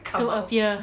to appear